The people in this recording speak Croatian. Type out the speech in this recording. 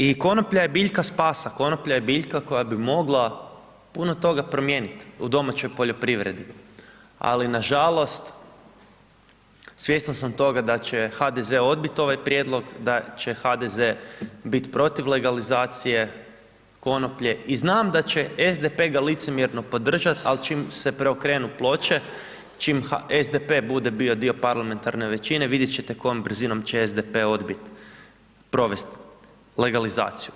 I konoplja je biljka spasa, konoplja je biljka koja bi mogla puno toga promijeniti u domaćoj poljoprivredi, ali nažalost svjestan sam toga da će HDZ odbiti ovaj prijedlog, da će HDZ biti protiv legalizacije konoplje i znam da će SDP licemjerno ga podržat al čim se preokrenu ploče, čim SDP bude bio dio parlamentarne većine vidjet ćete kojom će brzinom SDP odbit provest legalizaciju.